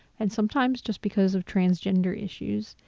and sometimes just because of transgender issues.